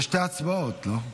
יהיו שתי הצבעות, לא?